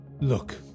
look